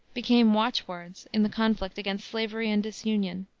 became watchwords in the conflict against slavery and disunion.